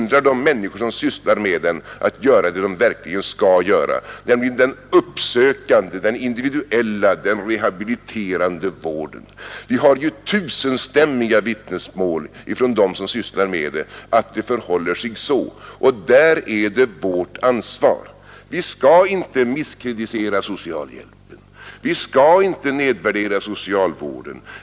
De människor som sysslar härmed hindras att göra det de verkligen skall göra, nämligen delta i den uppsökande, individuella och rehabiliterande vården. Det finns tusenstämmiga vittnesmål från dem som sysslar med detta om att det förhåller sig så. Det är vi som har ansvaret. Vi skall inte misskreditera socialhjälpen. Vi skall inte nedvärdera socialvården.